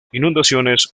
inundaciones